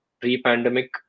pre-pandemic